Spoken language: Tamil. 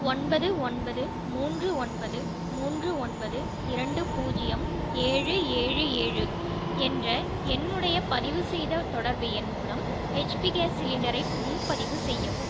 ஒன்பது ஒன்பது மூன்று ஒன்பது மூன்று ஒன்பது இரண்டு பூஜ்ஜியம் ஏழு ஏழு ஏழு என்ற என்னுடைய பதிவு செய்த தொடர்பு எண் மூலம் ஹெச்பி கேஸ் சிலிண்டரை முன்பதிவு செய்யவும்